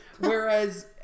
Whereas